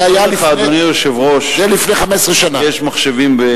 אדוני היושב-ראש, יש מחשבים.